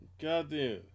Goddamn